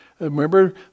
Remember